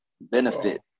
benefit